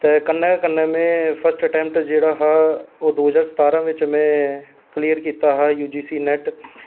ते कन्नैं कन्नैं गै में फर्स्ट अटैम्पट में ओह् दो हजार स्तारां च क्लियर कीता हा में यू जी सी नेट